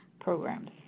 programs